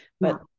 But-